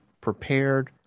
prepared